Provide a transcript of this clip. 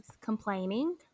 Complaining